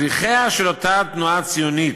שליחיה של אותה תנועה ציונית,